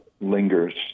lingers